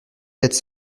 quatre